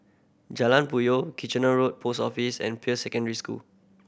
Jalan Puyoh Kitchener Road Post Office and Peirce Secondary School